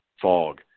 fog